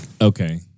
Okay